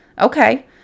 Okay